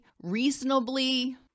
reasonably